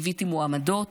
ליוויתי מועמדות,